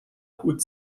hut